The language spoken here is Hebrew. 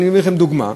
אני אביא לכם דוגמה,